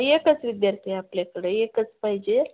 एकच विद्यार्थी आपल्याकडे एकच पाहिजे